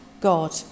God